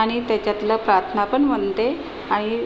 आणि त्याच्यातल्या प्रार्थना पण म्हणते आणि